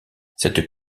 cette